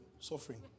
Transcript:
suffering